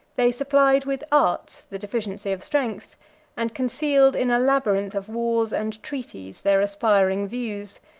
they supplied with art the deficiency of strength and concealed, in a labyrinth of wars and treaties, their aspiring views,